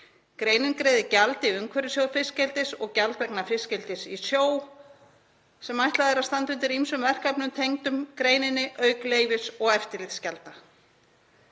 Greinin greiðir gjald í umhverfissjóð fiskeldis og gjald vegna fiskeldis í sjó sem ætlað er að standa undir ýmsum verkefnum tengdum greininni, auk leyfis- og eftirlitsgjalda.